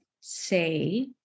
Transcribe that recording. say